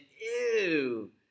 ew